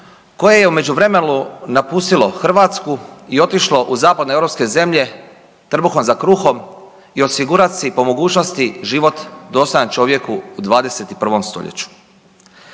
koje je u međuvremenu napustilo Hrvatsku i otišlo u zapadnoeuropske zemlje trbuhom za kruhom i osigurati si po mogućnosti život dostojan čovjeku u 21. stoljeću.